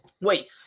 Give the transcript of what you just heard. wait